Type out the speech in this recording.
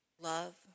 love